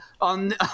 on